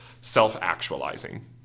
self-actualizing